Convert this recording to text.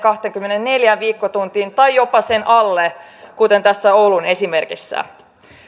viiva kahteenkymmeneenneljään viikkotuntiin tai jopa sen alle kuten tässä oulun esimerkissä